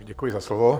Děkuji za slovo.